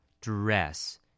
dress